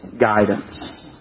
guidance